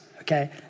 Okay